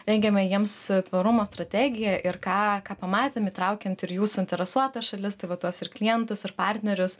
rengėme jiems tvarumo strategiją ir ką ką pamatėm įtraukiant ir jų suinteresuotas šalis tai va tuos ir klientus ir partnerius